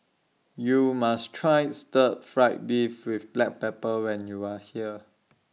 YOU must Try Stir Fried Beef with Black Pepper when YOU Are here